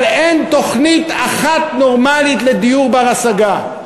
אבל אין תוכנית אחת נורמלית לדיור בר-השגה.